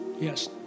yes